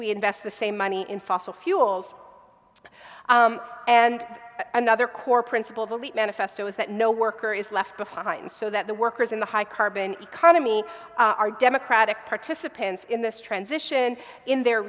we invest the same money in fossil fuels and another core principle of elite manifesto is that no worker is left behind so that the workers in the high carbon economy are democratic participants in this transition in their